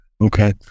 Okay